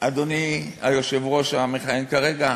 אדוני היושב-ראש המכהן כרגע?